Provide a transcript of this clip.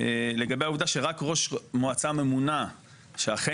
לגבי העובדה שרק ראש מועצה ממונה שאכן